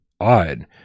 odd